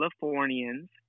Californians